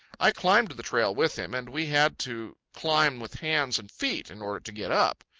i climbed the trail with him, and we had to climb with hands and feet in order to get up.